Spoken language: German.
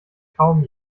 kaum